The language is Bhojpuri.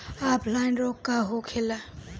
ऑफलाइन रोग का होखे?